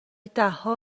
دهها